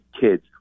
kids